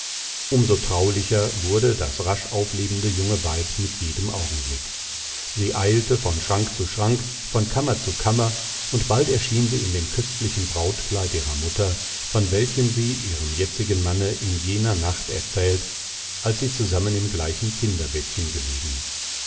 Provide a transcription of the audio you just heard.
so traulicher wurde das rasch auflebende junge weib mit jedem augenblick sie eilte von schrank zu schrank von kammer zu kammer und bald erschien sie in dem köstlichen brautkleid ihrer mutter von welchem sie ihrem jetzigen manne in jener nacht erzählt als sie zusammen im gleichen kinderbettchen gelegen